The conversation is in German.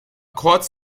kurz